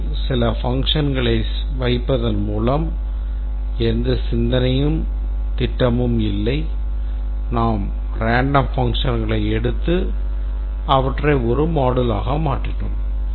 moduleயில் சில functionகளை வைப்பதன் பின்னால் எந்த சிந்தனையும் திட்டமும் இல்லை நாம் random functionகளை எடுத்து அவற்றை ஒரு moduleயாக மாற்றினோம்